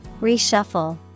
Reshuffle